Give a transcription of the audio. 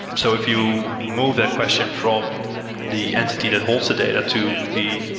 and so if you move that question from the entity that holds the data to be,